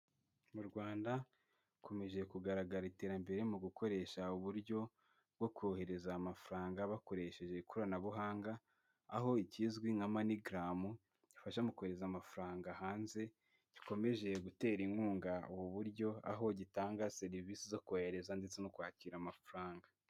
Mu Rwanda hakomeje kugaragara iterambere mu gukoresha uburyo bwo kohereza amafaranga bakoresheje ikoranabuhanga, aho ikizwi nka "Money Gram" ifasha mu kohereza amafaranga hanze gikomeje gutera inkunga ubu buryo, aho gitanga serivisi zo kohereza ndetse no kwakira amafaranga.